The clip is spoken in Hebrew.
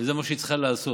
וזה מה שהיא צריכה לעשות.